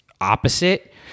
opposite